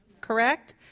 correct